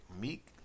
Meek